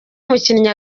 umukinnyi